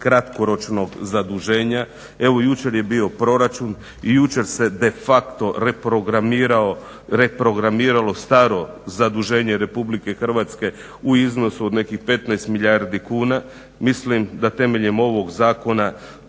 kratkoročnog zaduženja. Evo jučer je bio proračun i jučer se de facto reprogramiralo staro zaduženje RH u iznosu od nekih 15 milijardi kuna. Mislim da temeljem ovog zakona